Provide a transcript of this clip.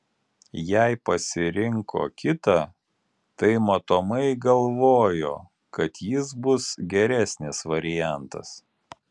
jei pasirinko kitą tai matomai galvojo kad jis bus geresnis variantas